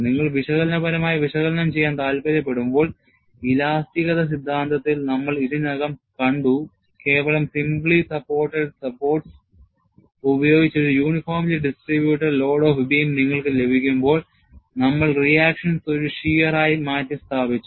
നിങ്ങൾ വിശകലനപരമായി വിശകലനം ചെയ്യാൻ താൽപ്പര്യപ്പെടുമ്പോൾ ഇലാസ്തികത സിദ്ധാന്തത്തിൽ നമ്മൾ ഇതിനകം കണ്ടു കേവലം simply supported supports ഉപയോഗിച്ച് ഒരു uniformly distributed load of beam നിങ്ങൾക്ക് ലഭിക്കുമ്പോൾ നമ്മൾ reactions ഒരു shear ആയി മാറ്റിസ്ഥാപിച്ചു